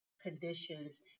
conditions